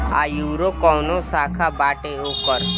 आयूरो काऊनो शाखा बाटे ओकर